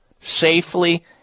safely